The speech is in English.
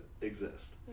exist